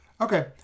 Okay